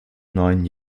neun